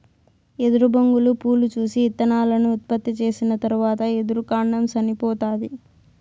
ఎదురు బొంగులు పూలు పూసి, ఇత్తనాలను ఉత్పత్తి చేసిన తరవాత ఎదురు కాండం సనిపోతాది